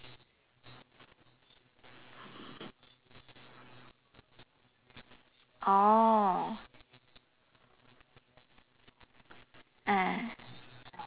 oh ah